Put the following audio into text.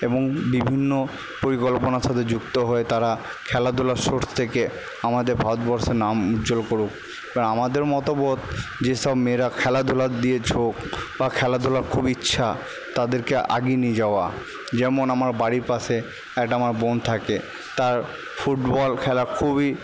এবং বিভিন্ন পরিকল্পনার সাথে যুক্ত হয়ে তারা খেলাধুলার সোর্স থেকে আমাদের ভারতবর্ষের নাম উজ্জ্বল করুক এবার আমাদের মতো বোধ যেসব মেয়েরা খেলাধুলা দিয়ে ঝোঁক বা খেলাধুলার খুব ইচ্ছা তাদেরকে আগিয়ে নিয়ে যাওয়া যেমন আমার বাড়ির পাশে একটা আমার বোন থাকে তার ফুটবল খেলা খুবই